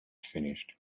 finished